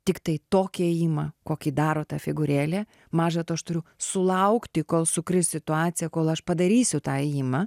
tiktai tokį ėjimą kokį daro ta figūrėlė maža to aš turiu sulaukti kol sukris situacija kol aš padarysiu tą ėjimą